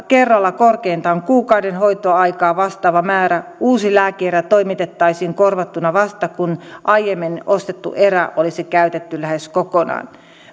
kerrallaan korkeintaan kuukauden hoitoaikaa vastaava määrä uusi lääke erä toimitettaisiin korvattuna vasta kun aiemmin ostettu erä olisi käytetty lähes kokonaan